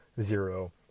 zero